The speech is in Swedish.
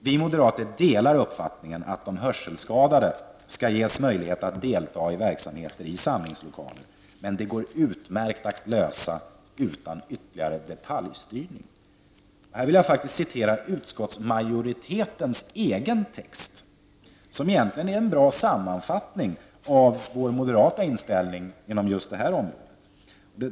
Vi moderater delar uppfattningen att de hörselskadade skall ges möjlighet att delta i verksamheter i samlingslokaler, men vi tycker att det går utmärkt att lösa det utan ytterligare detaljstyrning. Här vill jag faktiskt citera utskottsmajoritetens egen text, som egentligen är en bra sammanfattning av vår moderata inställning inom just detta område.